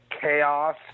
chaos